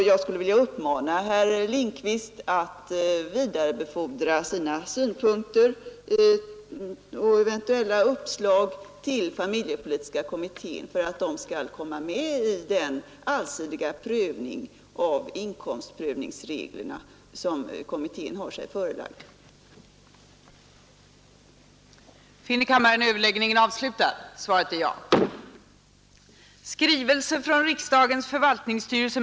Jag vill uppmana herr Lindkvist att vidarebefordra sina synpunkter och eventuella uppslag till familjepolitiska kommittén för att de skall komma med i den allsidiga undersökning av inkomstprövningsreglerna som kommittén har sig förelagd att göra.